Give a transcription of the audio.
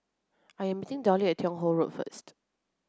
I'm meeting Dollie at Teo Hong Road first